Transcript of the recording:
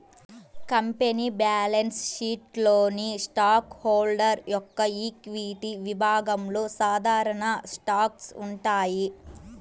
company balance షీట్లోని stock holder యొక్క equity విభాగంలో సాధారణ స్టాక్స్ ఉంటాయి